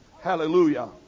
Hallelujah